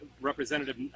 representative